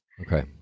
Okay